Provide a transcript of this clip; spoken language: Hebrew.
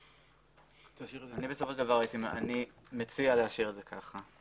אני מציע להשאיר את זה כך.